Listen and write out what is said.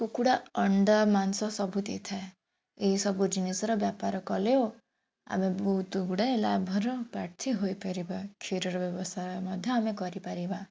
କୁକୁଡ଼ା ଅଣ୍ଡା ମାଂସ ସବୁ ଦେଇଥାଏ ଏଇ ସବୁ ଜିନିଷର ବେପାର କଲେ ଓ ଆମେ ବହୁତ ଗୁଡ଼ାଏ ଲାଭର ପ୍ରାର୍ଥୀ ହୋଇପାରିବା କ୍ଷୀରର ବ୍ୟବସାୟ ମଧ୍ୟ ଆମେ କରିପାରିବା